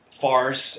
farce